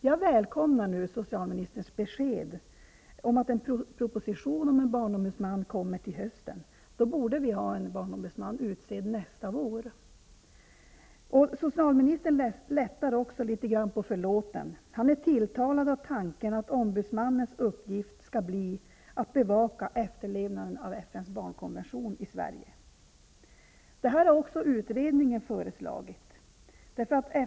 Jag välkomnar nu socialministerns besked att en proposition om en barnombudsman kommer till hösten. Då borde vi ha en barnombudsman utsedd nästa vår. Socialministern lättar också litet på förlåten. Han är tilltalad av tanken att ombudsmannens uppgift skall bli att bevaka efterlevnaden av FN:s barnkonvention i Sverige. Detta har också föreslagits i utredningen.